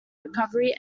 recovery